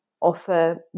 offer